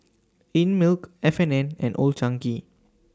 Einmilk F and N and Old Chang Kee